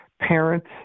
parents